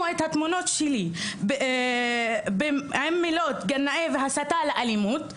את התמונות שלי עם מילות גנאי והסתה לאלימות.